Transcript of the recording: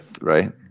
right